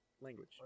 language